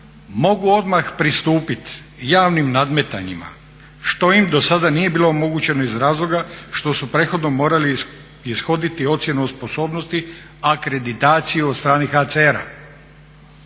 mogu odmah pristupit javnim nadmetanjima što im do sada nije bilo omogućeno iz razloga što su prethodno morali ishoditi o sposobnosti, akreditaciju od strane HCR-a.